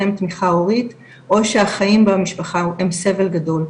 להם תמיכה הורית או שהחיים במשפחה הם סבל גדול,